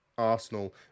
Arsenal